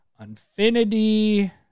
Infinity